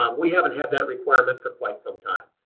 um we haven't had that requirement for quite some time.